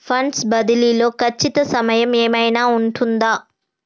Funds బదిలీ లో ఖచ్చిత సమయం ఏమైనా ఉంటుందా?